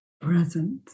presence